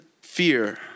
fear